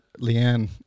Leanne